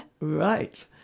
Right